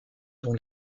dont